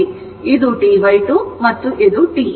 ಇದು T2 ಮತ್ತು ಇದು T